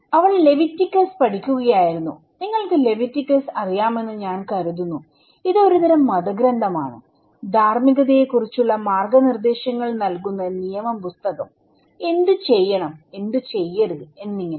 അവൾ ലെവിറ്റികസ് പഠിക്കുകയായിരുന്നു നിങ്ങൾക്ക് ലെവിറ്റികസ് അറിയാമെന്ന് ഞാൻ കരുതുന്നു ഇത് ഒരുതരം മതഗ്രന്ഥമാണ് ധാർമ്മികതയെക്കുറിച്ചുള്ള മാർഗ്ഗനിർദ്ദേശങ്ങൾ നൽകുന്ന നിയമ പുസ്തകം എന്തുചെയ്യണം എന്തുചെയ്യരുത് എന്നിങ്ങനെ